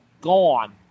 gone